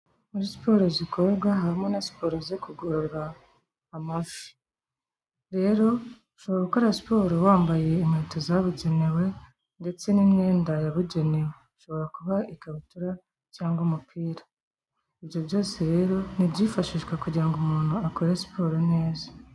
Muri siporo zikorwa harimo na siporo zo kugorora amavi rero ushobora gukora siporo wambaye inkweto zabugenewe ndetse n'imyenda yabugenewe ishobora kuba ikabutura cyangwa umupira ibyo byose rero ni ibyifashishwa kugirango ngo umuntu akore siporo neza.